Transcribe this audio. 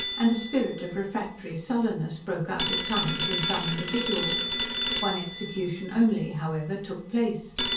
and a spirit of refractory sullenness broke out at times in some individuals one execution only, however, took place.